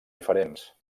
diferents